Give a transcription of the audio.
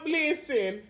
listen